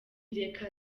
reka